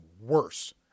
worse